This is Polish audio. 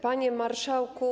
Panie Marszałku!